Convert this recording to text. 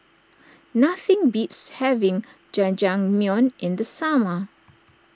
nothing beats having Jajangmyeon in the summer